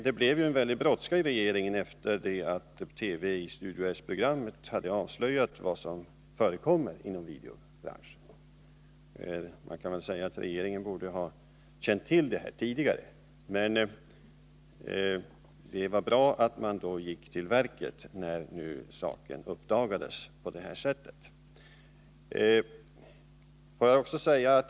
Det blev ju en väldig brådska i regeringen efter det att TV i Studio S-programmet hade avslöjat vad som förekommer inom videobranschen. Det kan väl sägas att regeringen borde ha känt till detta tidigare, men det var bra att man gick till verket när nu saken uppdagades på det här sättet.